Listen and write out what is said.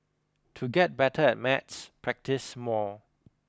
to get better at maths practise more